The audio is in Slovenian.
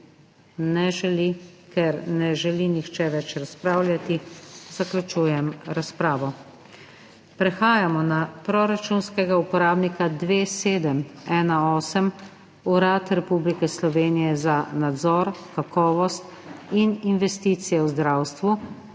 Ne želi. Ker ne želi nihče več razpravljati, zaključujem razpravo. Prehajamo na proračunskega uporabnika 2718 Urad Republike Slovenije za nadzor, kakovost in investicije v zdravstvu